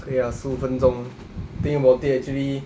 可以 lah 十五分钟 think about it actually